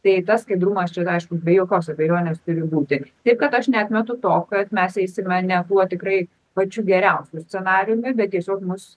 tai tas skaidrumas čia aišku be jokios abejonės turi būti taip kad aš neatmetu to kad mes eisime ne tuo tikrai pačiu geriausiu scenarijumi bet tiesiog mus